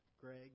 Greg